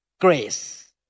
Grace